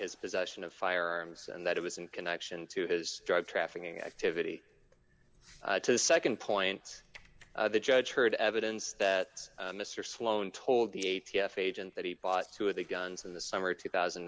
his possession of firearms and that it was in connection to his drug trafficking activity to the nd point the judge heard evidence that mr sloan told the a t f agent that he bought two of the guns in the summer of two thousand